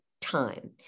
time